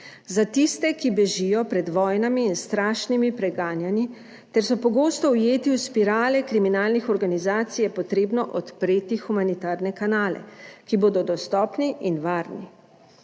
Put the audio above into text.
»Za tiste, ki bežijo pred vojnami in strašnimi preganjanji, ter so pogosto ujeti v spirale kriminalnih organizacij, je potrebno odpreti humanitarne kanale, ki bodo dostopni in varni.